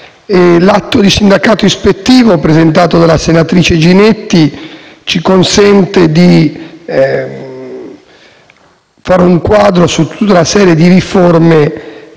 l'atto di sindacato ispettivo presentato dalla senatrice Ginetti ci consente di fare un quadro su tutta una serie di riforme